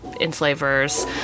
enslavers